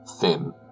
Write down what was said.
thin